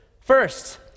First